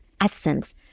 essence